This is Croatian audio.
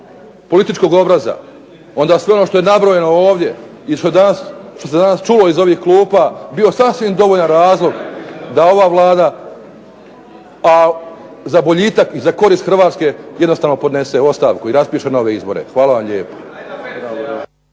političkog obraza onda sve ovo što je nabrojano ovdje, i što se danas čulo iz ovih klupa bio sasvim dovoljan razlog da ova Vlada za boljitak i za korist Hrvatske jednostavno podnese ostavku i raspiše nove izbore. Hvala lijepo.